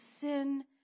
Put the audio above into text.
sin